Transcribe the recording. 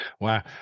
Wow